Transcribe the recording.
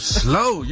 slow